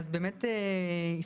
אז באמת הסתכלנו,